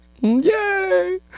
Yay